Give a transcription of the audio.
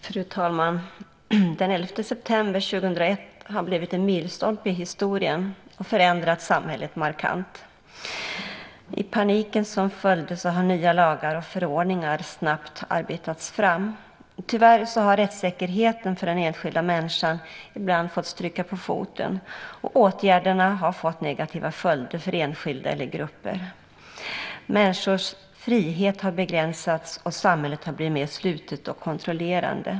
Fru talman! Den 11 september 2001 har blivit en milstolpe i historien och förändrat samhället markant. I paniken som följde har nya lagar och förordningar snabbt arbetats fram. Tyvärr har rättssäkerheten för den enskilda människan ibland fått stryka på foten, och åtgärderna har fått negativa följder för enskilda eller grupper. Människors frihet har begränsats, och samhället har blivit mer slutet och kontrollerande.